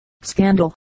scandal